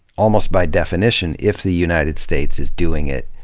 almost by definition, if the united states is doing it,